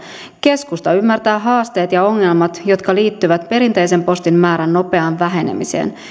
keskusta ymmärtää haasteet ja ongelmat jotka liittyvät perinteisen postin määrän nopeaan vähenemiseen